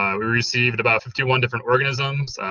um we received about fifty one different organisms,